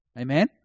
amen